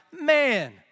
man